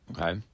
Okay